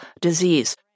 disease